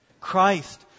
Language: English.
Christ